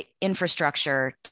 infrastructure